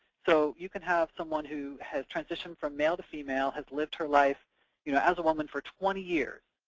so, you can have someone who has transitioned from male to female, has lived her life you know as a woman for twenty years,